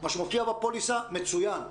מה שמופיע בפוליסה מצוין.